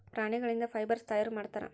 ಪ್ರಾಣಿಗಳಿಂದ ಫೈಬರ್ಸ್ ತಯಾರು ಮಾಡುತ್ತಾರೆ